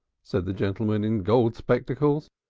said the gentleman in gold spectacles.